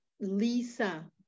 Lisa